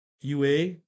UA